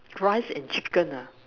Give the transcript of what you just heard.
fries and chicken ah